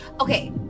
Okay